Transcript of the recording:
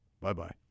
Bye-bye